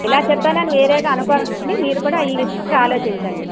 ఇలా చెప్పానని వేరేగా అనుకోకండి మీరు కూడా ఈ విషయం ఆలోచించండి